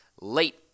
late